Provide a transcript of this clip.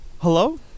Hello